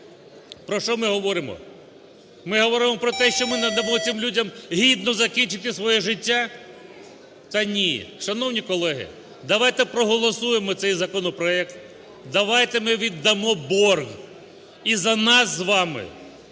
Про що ми говоримо? Ми говоримо про те, що ми не дамо цим людям гідно закінчити своє життя? Та ні. Шановні колеги, давайте проголосуємо цей законопроект, давайте ми віддамо борг і за нас з вами